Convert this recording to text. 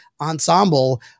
Ensemble